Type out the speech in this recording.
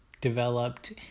developed